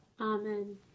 Amen